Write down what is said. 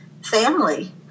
family